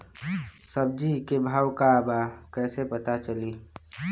सब्जी के भाव का बा कैसे पता चली?